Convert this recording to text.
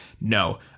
No